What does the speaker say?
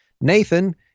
Nathan